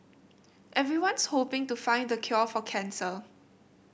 everyone's hoping to find the cure for cancer